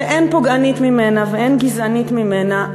שאין פוגענית ממנה ואין גזענית ממנה,